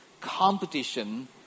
competition